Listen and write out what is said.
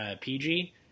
PG